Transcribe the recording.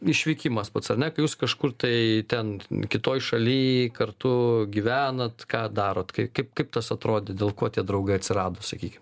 išvykimas pats ar ne kai jūs kažkur tai ten kitoj šaly kartu gyvenat ką darot kaip kaip kaip tas atrodė dėl ko tie draugai atsirado sakykim